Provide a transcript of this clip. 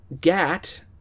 Gat